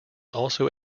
also